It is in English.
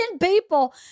people